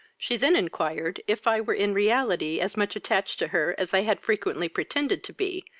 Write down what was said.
she then inquired if i were in reality as much attached to her as i had frequently pretended to be,